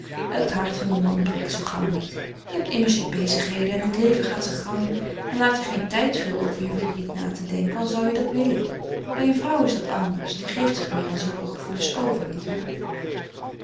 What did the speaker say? het hart van een man breekt zoo gauw niet je hebt immers je bezigheden en het leven gaat zijn gang en laat je geen tijd veel over je verdriet na te denken al zou je dat willen bij een vrouw is dat anders die geeft zich meer aan zulke gevoelens over niet waar